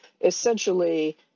essentially